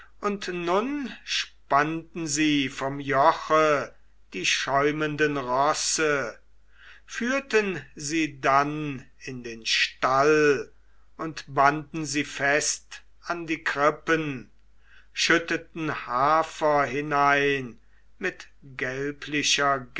und nun spanneten sie vom joche die schäumenden rosse führten sie dann in den stall und banden sie fest an die krippen schütteten hafer hinein mit